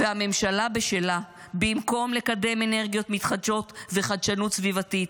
והממשלה בשלה: במקום לקדם אנרגיות מתחדשות וחדשנות סביבתית,